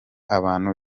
abantu